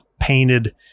painted